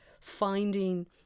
finding